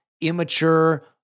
immature